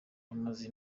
amaze